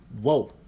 Whoa